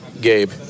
Gabe